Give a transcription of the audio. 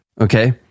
Okay